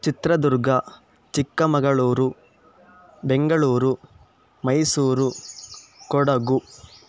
Chitradurga Chikkamagaluru Bengaluru Mysuru Kodagu